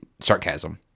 sarcasm